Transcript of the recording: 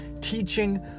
teaching